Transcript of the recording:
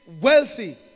wealthy